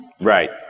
Right